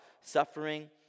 suffering